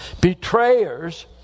Betrayers